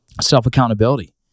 Self-accountability